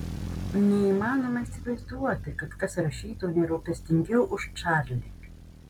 neįmanoma įsivaizduoti kad kas rašytų nerūpestingiau už čarlį